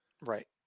Right